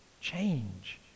change